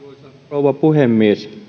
rouva puhemies